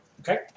Okay